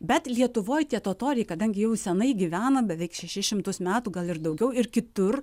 bet lietuvoj tie totoriai kadangi jau senai gyvena beveik šešis šimtus metų gal ir daugiau ir kitur